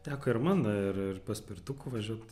teko ir man ir ir paspirtuku važiuot